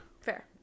Fair